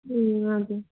ए हजुर